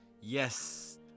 Yes